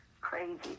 crazy